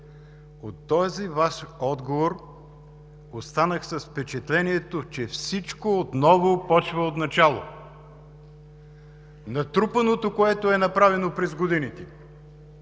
От този Ваш отговор останах с впечатлението, че всичко започва отначало. Натрупаното, направеното през годините